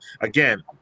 again